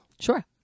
sure